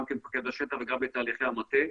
גם כמפקד השטח וגם בתהליכי המטה,